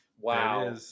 wow